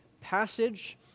passage